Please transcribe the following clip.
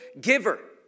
giver